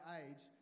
age